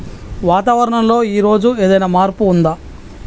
వాతావరణం లో ఈ రోజు ఏదైనా మార్పు ఉందా?